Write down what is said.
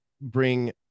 bring